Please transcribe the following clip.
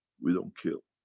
we don't kill.